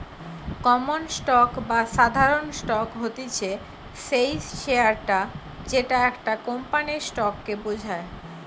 common stock বা সাধারণ stock হতিছে সেই শেয়ারটা যেটা একটা কোম্পানির স্টক কে বোঝায়